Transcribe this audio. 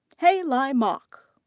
hei lai mok.